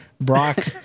Brock